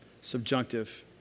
Subjunctive